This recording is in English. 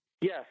Yes